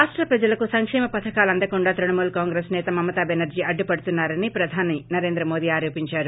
రాష్ట ప్రజలకు సంక్షేమ పథకాలు అందకుండా తృణమూల్ కాంగ్రెస్ నేత మమతా బెనర్నీ అడ్డుపడుతున్నారని ప్రధాని నరేంద్ర మోదీ ఆరోపించారు